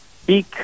speak